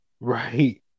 Right